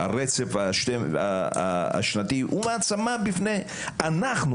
הרצף השנתי הוא מעצמה אנחנו,